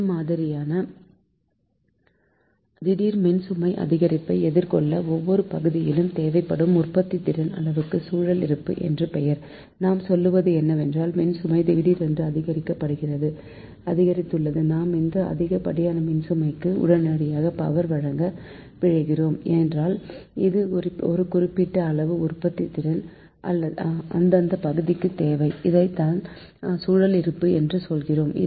இம்மாதிரியான திடீர் மின்சுமை அதிகரிப்பை எதிர்கொள்ள ஒவ்வொரு பகுதியிலும் தேவைப்படும் உற்பத்தித்திறன் அளவுக்கு சுழல் இருப்பு என்று பெயர் நான் சொல்வது என்னவென்றால் மின்சுமை திடீரென்று அதிகரித்துள்ளது நாம் இந்த அதிகப்படி மின்சுமைக்கு உடனடியாக பவர் வழங்க விழைகிறோம் என்றால் ஒரு குறிப்பிட்ட அளவு உற்பத்தித்திறன் அந்தந்த பகுதிக்கு தேவை இதைத்தான் சுழல் இருப்பு என்று சொல்கிறோம்